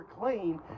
clean